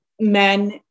men